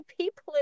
people